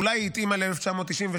אולי היא התאימה ל-1996,